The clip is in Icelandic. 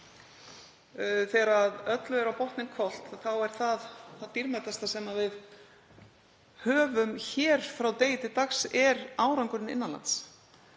þegar öllu er á botninn hvolft er það dýrmætasta sem við höfum hér frá degi til dags árangurinn innan lands